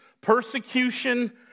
persecution